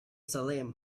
salem